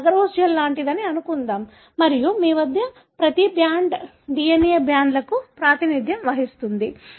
ఇది agarose gel లాంటిదని అనుకుందాం మరియు మీ వద్ద ప్రతి బ్యాండ్ DNA బ్యాండ్కు ప్రాతినిధ్యం వహిస్తుంది